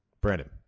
Brandon